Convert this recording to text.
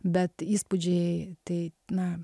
bet įspūdžiai tai na